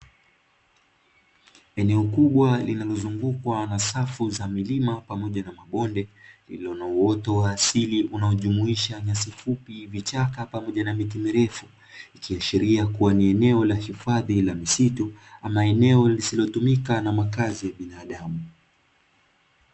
Eneo kubwa linalozungukwa na safu za milima pamoja na mabonde lililo na uoto wa asili unaojumuisha nyasi fupi, vichaka pamoja na miti mirefu ikiashiria kuwa ni eneo la hifadhi la misitu ama eneo lisilotumika na makazi ya binadamu.